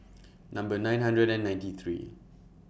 Number nine hundred and ninety three